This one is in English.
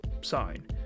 sign